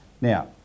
Now